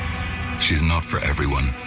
she's not for everyone.